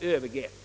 övergrepp.